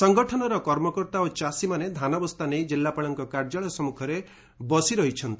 ସଙ୍ଗଠନର କର୍ମକର୍ତା ଓ ଚାଷୀମାନେ ଧାନବସ୍ତା ନେଇ ଜିଲ୍ଲାପାଳଙ୍କ କାର୍ଯ୍ୟାଳୟ ସମ୍ମୁଖରେ ବସି ରହିଛନ୍ତି